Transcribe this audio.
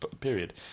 period